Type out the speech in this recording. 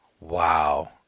Wow